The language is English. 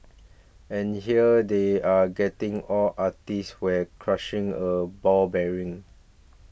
and here they are getting all artsy while crushing a ball bearing